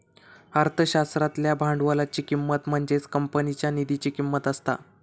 अर्थशास्त्रातल्या भांडवलाची किंमत म्हणजेच कंपनीच्या निधीची किंमत असता